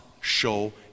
show